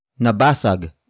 nabasag